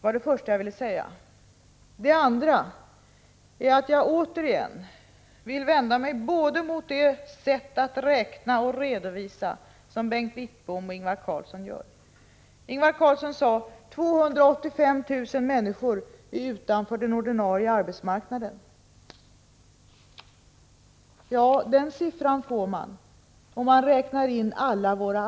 Vidare vill jag säga att jag återigen vänder mig mot både det sätt att räkna och det sätt att redovisa som Bengt Wittbom och Ingvar Karlsson i Bengtsfors använder. Ingvar Karlsson sade att 285 000 människor är utanför den ordinarie arbetsmarknaden. Ja, den siffran får man om man räknar in alla — Prot.